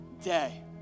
day